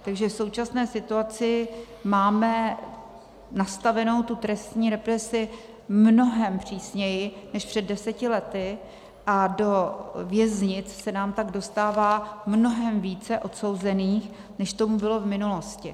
Takže v současné situaci máme nastavenou tu trestní represi mnohem přísněji než před deseti lety a do věznic se nám pak dostává mnohem více odsouzených, než tomu bylo v minulosti.